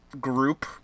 group